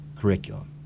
curriculum